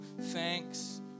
thanks